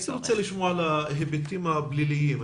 הייתי רוצה לשמוע על ההיבטים הפליליים.